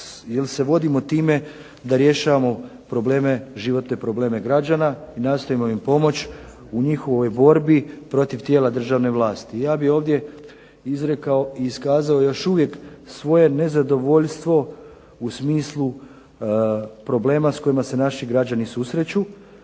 jer se vodimo time da rješavamo probleme, životne probleme građana i nastojimo im pomoći u njihovoj borbi protiv tijela državne vlasti. I ja bih ovdje izrekao i iskazao još uvijek svoje nezadovoljstvo u smislu problema s kojima se naši građani susreću